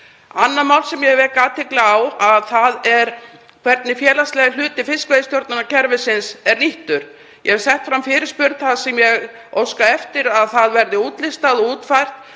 Annað mál sem ég vek athygli á er hvernig félagslegi hluti fiskveiðistjórnarkerfisins er nýttur. Ég hef lagt fram fyrirspurn þar sem ég óska eftir að það verði útlistað og útfært